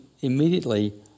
immediately